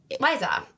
Liza